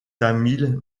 tamil